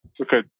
okay